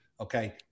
okay